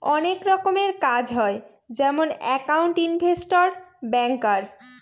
অনেক রকমের কাজ হয় যেমন একাউন্ট, ইনভেস্টর, ব্যাঙ্কার